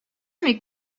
est